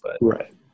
Right